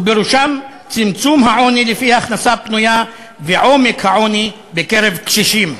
ובראשן צמצום העוני לפי הכנסה פנויה ועומק העוני בקרב קשישים.